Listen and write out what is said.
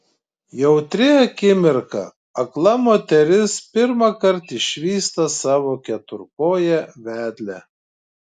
jautri akimirka akla moteris pirmąkart išvysta savo keturkoję vedlę